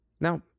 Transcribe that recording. Now